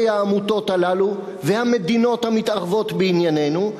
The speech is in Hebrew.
העמותות האלה והמדינות המתערבות בעניינינו,